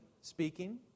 speaking